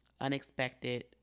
unexpected